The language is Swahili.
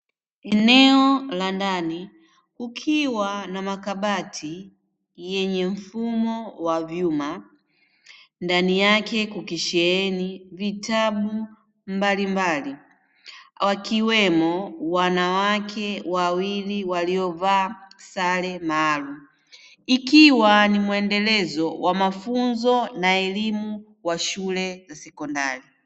Eneo la ndani kukiwa na makabati yenye mfumo wa vyuma, ndani yake kukisheheni vitabu mbalimbali, wakiwemo wanawake wawili waliovaa sare maalumu, ikiwa ni muendelezo wa mafunzo na elimu wa shule za sekondari.